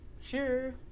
sure